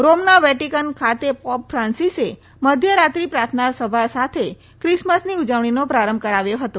રોમના Vatican ખાતે pope ફાન્સીસે મધ્ય રાત્રિ પ્રાર્થના સભા સાથે ક્રિસમસની ઉજવણીનો પ્રારંભ કરાવ્યો હતો